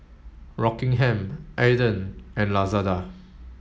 Rockingham Aden and Lazada